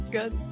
Good